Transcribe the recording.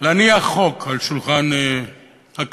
להניח חוק על שולחן הכנסת.